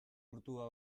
urtua